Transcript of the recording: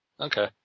Okay